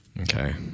Okay